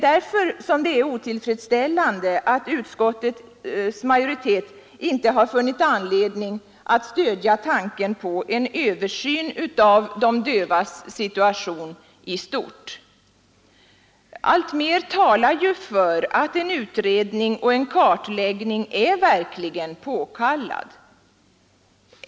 Därför är det otillfredsställande att utskottet inte funnit anledning att stödja tanken på en översyn av de dövas situation i stort. Alltmer talar ju för att en utredning och en kartläggning är påkallad.